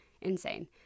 insane